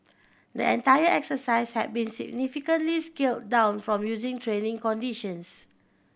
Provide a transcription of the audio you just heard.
the entire exercise had been significantly scaled down from usual training conditions